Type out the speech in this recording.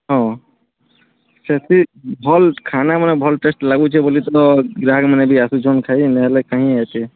ହଁ ସେଥି ଭଲ୍ ଖାନାମାନେ ଭଲ୍ ଟେଷ୍ଟ୍ ଲାଗୁଚେ ବଲି ତ ଗ୍ରାହକ୍ମାନେ ବି ଆସୁଚନ୍ ଖାଇ ନାଇଁହେଲେ କାହିଁ ଆଏତେ